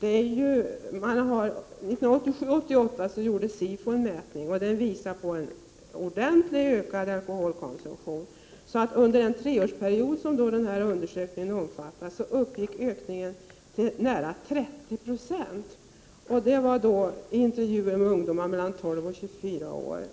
1987-1988 gjorde SIFO en mätning som visade att ungdomarna hade ökat sin alkohol konsumtion ordentligt. Under den period som denna undersökning omfattade uppgick ökningen till nära 30 26. Det gjordes då intervjuer med ungdomar i åldern 12-24 år.